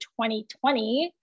2020